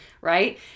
right